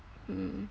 mm